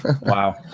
Wow